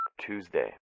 Tuesday